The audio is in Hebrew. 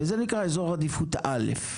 וזה נקרא אזור עדיפות א'.